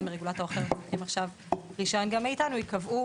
מרגולטור אחר וצריכים עכשיו רישיון גם מאיתנו ייקבעו